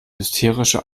hysterische